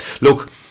look